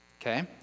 okay